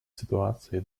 ситуации